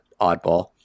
oddball